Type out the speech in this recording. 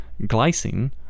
glycine